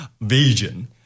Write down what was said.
vision